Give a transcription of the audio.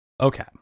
Okay